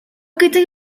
гэдэг